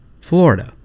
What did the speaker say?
Florida